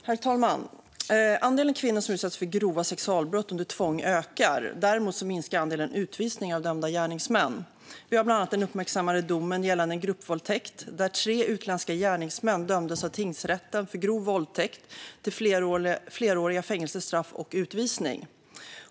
Herr talman! Andelen kvinnor som utsätts för grova sexualbrott under tvång ökar. Däremot minskar andelen utvisningar av dömda gärningsmän. Vi har bland annat den uppmärksammade domen gällande en gruppvåldtäkt där tre utländska gärningsmän av tingsrätten dömdes för grov våldtäkt till fleråriga fängelsestraff och utvisning.